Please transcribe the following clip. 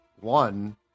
one